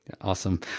Awesome